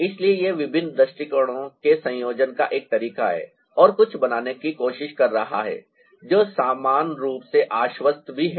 इसलिए यह विभिन्न दृष्टिकोणों के संयोजन का एक तरीका है और कुछ बनाने की कोशिश कर रहा है जो समान रूप से आश्वस्त भी है